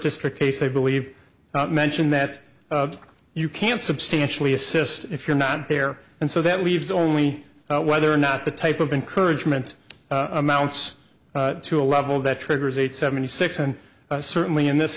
district case they believe not mention that you can't substantially assist if you're not there and so that leaves only whether or not the type of encouragement amounts to a level that triggers eight seventy six and certainly in this